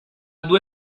due